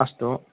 अस्तु